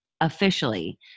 officially